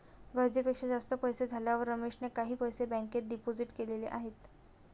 गरजेपेक्षा जास्त पैसे झाल्यावर रमेशने काही पैसे बँकेत डिपोजित केलेले आहेत